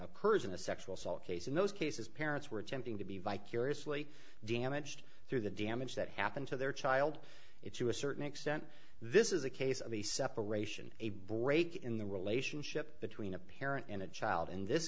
occurs in a sexual assault case in most cases parents were attempting to be vicariously damaged through the damage that happened to their child it's to a certain extent this is a case of the separation a break in the relationship between a parent and a child in this